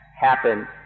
happen